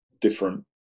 different